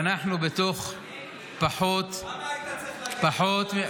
ואנחנו בתוך פחות --- למה היית צריך להגיע לבג"ץ?